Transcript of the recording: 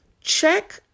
check